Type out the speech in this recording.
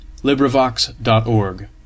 LibriVox.org